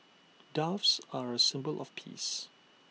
doves are A symbol of peace